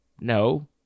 No